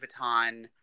Vuitton